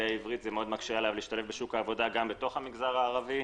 עברית זה מאוד מקשה עליו להשתלב בשוק העבודה גם בתוך המגזר הערבי.